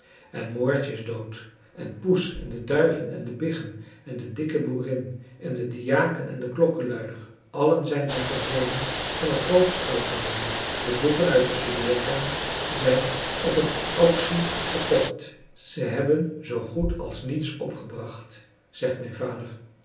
en moortje is dood en poes en de duiven en de biggen en de dikke boerin en de diaken en de klokkeluier allen zijn ze verdwenen van het groote schouwtooneel de boeken uit de studeerkamer zijn op een auctie verkocht ze hebben zoogoed als niets opgebracht zegt mijn vader